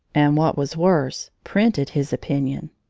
and what was worse, printed his opinion.